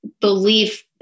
belief